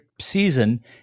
season